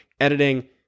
editing